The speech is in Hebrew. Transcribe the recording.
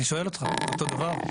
אני שואל אותך, הם אותו דבר?